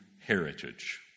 heritage